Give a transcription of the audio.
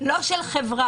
לא של חברה.